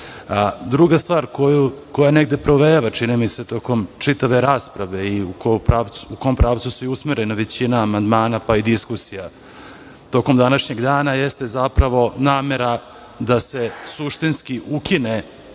stvar koja negde provejava, čini mi se, tokom čitave rasprave i u kom pravcu je usmerena većina amandmana, pa i diskusija tokom današnjeg dana, jeste zapravo namera da se suštinski ukine